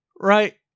right